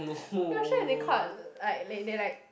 not sure if they caught like they like